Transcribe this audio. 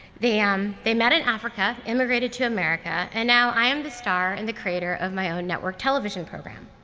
they um they met in africa, immigrated to america, and now i'm the star and the creator of my own network television program.